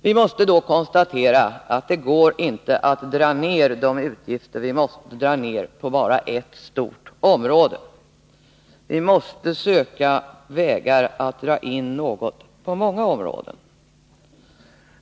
Vi måste då konstatera att det inte går att dra ned på dessa utgifter. Vi kan inte heller dra ned på bara ett stort område, utan vi måste söka vägar att dra in något på många områden.